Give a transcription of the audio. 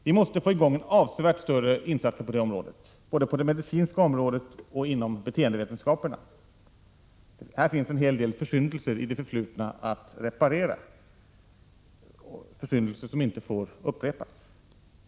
Vi måste få i gång avsevärt större insatser, på det medicinska området och på det beteendevetenskapliga. Här finns en hel del försyndelser i det förflutna att reparera, och det gäller nu att se till att de inte upprepas.